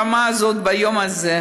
מבמה זו ביום הזה,